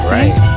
Right